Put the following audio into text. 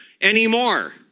anymore